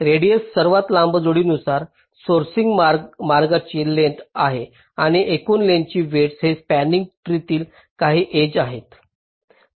radius सर्वात लांब जोडीनुसार सोर्सिंग मार्गाची लेंग्थस आहे आणि एकूण लेंग्थसचे वेईटस हे या स्पंनिंग ट्री तील काही एज आहे